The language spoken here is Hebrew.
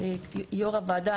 יו"ר הוועדה,